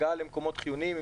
זה הגעה למקומות חיוניים,